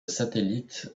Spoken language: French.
satellites